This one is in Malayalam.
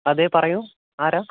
അതെ പറയു ആരാ